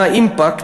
מה ה-impact,